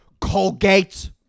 Colgate